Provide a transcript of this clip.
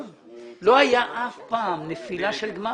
לא הייתה אף פעם נפילה של גמ"ח.